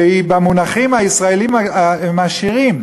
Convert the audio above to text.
שבמונחים הישראליים הם העשירים,